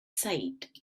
said